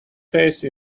face